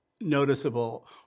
noticeable